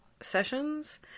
sessions